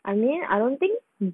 I mean I don't think mm